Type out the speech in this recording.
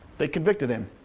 they convicted him.